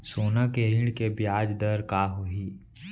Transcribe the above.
सोना के ऋण के ब्याज दर का होही?